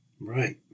Right